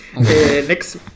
next